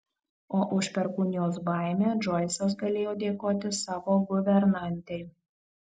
o už perkūnijos baimę džoisas galėjo dėkoti savo guvernantei